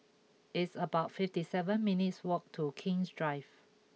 it's about fifty seven minutes' walk to King's Drive